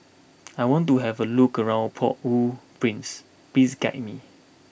I want to have a look around Port Au Prince please guide me